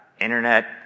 internet